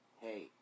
hey